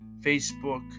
Facebook